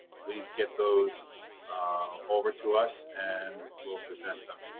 please get those over to us. and we'll present them